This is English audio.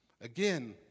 Again